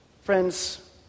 Friends